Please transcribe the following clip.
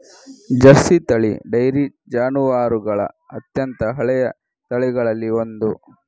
Jersey ತಳಿ dairy ಜಾನುವಾರುಗಳ ಅತ್ಯಂತ ಹಳೆಯ ತಳಿಗಳಲ್ಲಿ ಒಂದು